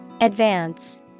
Advance